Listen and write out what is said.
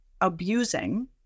abusing